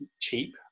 cheap